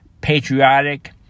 patriotic